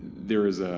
there is